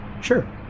Sure